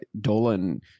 Dolan